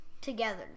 together